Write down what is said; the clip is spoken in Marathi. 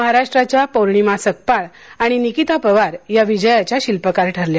महाराष्ट्राच्या पोर्णिमा संकपाळ आणि निकिता पवार या विजयाच्या शिल्पकार ठरल्या